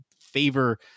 favor